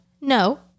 No